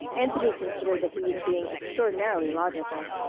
anthony considered that he was being extraordinarily logical.